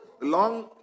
Long